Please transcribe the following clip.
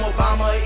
Obama